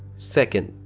second,